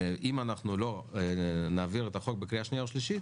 אם לא נעביר את הצעת החוק בקריאה שנייה ושלישית